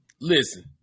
Listen